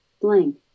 blank